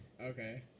Okay